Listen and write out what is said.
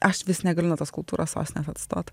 aš vis negaliu nuo tos kultūros sostinės atstot